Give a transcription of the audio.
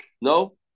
No